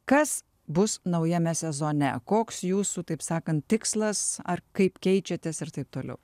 kas bus naujame sezone koks jūsų taip sakant tikslas ar kaip keičiatės ir taip toliau